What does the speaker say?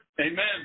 Amen